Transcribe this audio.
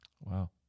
Wow